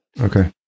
Okay